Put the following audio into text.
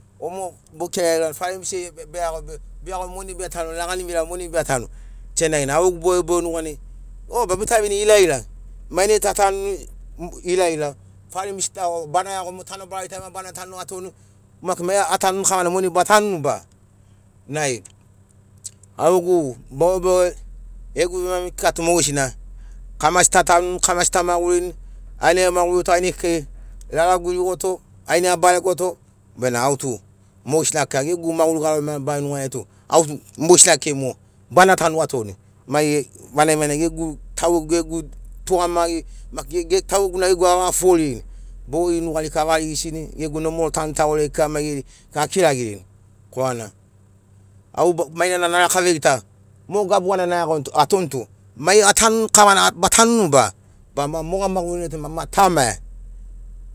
O mo bukiraḡia, faraimisiai be- beiaḡo be beiaḡo monai beatanu laḡani vira moanai beatanu senaḡina auḡegu boḡeboḡe nuḡanai oba! Bita vini ilaila. Mainai tatanuni ilaila falaimis ta o bana iaḡo mo tanobarai tai bana tanu atoni maki maiḡa atanuni kavana monai batanuni ba? Nai auḡegu boḡeboḡe ḡegu vemami kika tu moḡesina kamasi tatanuni kamasi tamaḡurini ainai a maḡurito ainai kekei lalagu iriḡoto ainai abaregoto bena au tu moḡesina kika ḡegu maḡuri ḡarori mabarari nuḡariai tu au tu moḡesina kekei mo bana tanu atoni mai vanaḡi- vanaḡi ḡegu tauḡegu ḡegu tuḡamaḡi maki tauḡeguna ḡegu avaḡa- foforirini. Boḡi nuḡariai kika avariḡisini ḡegu nomol tanu taḡoriai kika maiḡeri kika akiraḡirini korana au mainana naraka veḡita mo gabu ḡana naiaḡon tu atoni tu mai atanuni kavana batanuni ba? Ba- ba moḡa maḡurina tu ma- ma ta maia.